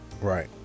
right